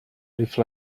live